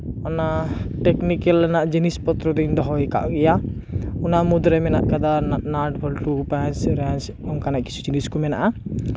ᱚᱱᱟ ᱴᱮᱠᱱᱤᱠᱮᱞ ᱨᱮᱱᱟᱜ ᱡᱤᱱᱤᱥᱯᱚᱛᱨᱚ ᱫᱚᱧ ᱫᱚᱦᱚᱭ ᱠᱟᱜ ᱜᱮᱭᱟ ᱚᱱᱟ ᱢᱩᱫᱽᱨᱮ ᱢᱮᱱᱟᱜ ᱟᱠᱟᱫᱟ ᱱᱟᱴᱵᱷᱩᱞᱴᱩ ᱯᱮᱸᱡ ᱨᱮᱸᱡ ᱚᱱᱠᱟᱱᱟᱜ ᱠᱤᱪᱷᱩ ᱡᱤᱱᱤᱥ ᱠᱚ ᱢᱮᱱᱟᱜᱼᱟ